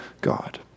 God